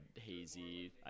hazy